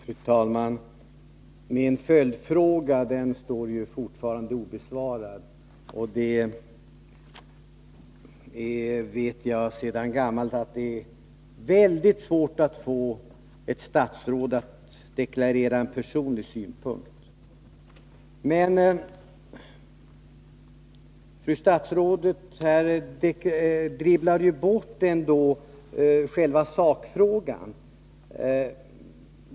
Fru talman! Min följdfråga står fortfarande obesvarad. Jag vet sedan gammalt att det är mycket svårt att få ett statsråd att deklarera en personlig uppfattning. Fru statsrådet dribblade bort själva sakfrågan.